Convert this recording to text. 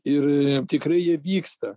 ir tikrai jie vyksta